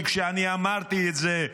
כי כשאני אמרתי את זה,